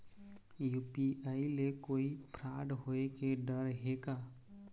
UPI ले कोई fraud होए के डर हे का?